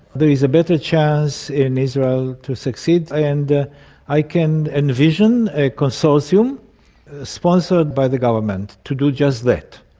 there is a better chance in israel to succeed, and i can envision a consortium sponsored by the government to do just that.